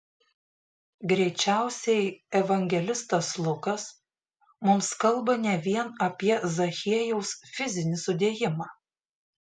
greičiausiai evangelistas lukas mums kalba ne vien apie zachiejaus fizinį sudėjimą